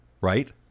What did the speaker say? right